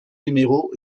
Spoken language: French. numéros